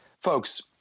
Folks